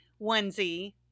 onesie